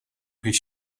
his